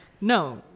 No